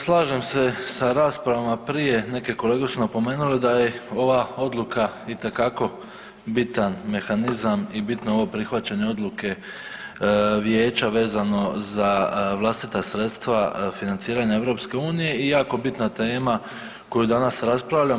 Slažem se sa raspravama prije, neke kolege su napomenuli da je ova odluka itekako bitan mehanizam i bitno je ovo prihvaćenje odluke Vijeća vezano za vlastita sredstva financiranja EU i jako bitna tema koju danas raspravljamo.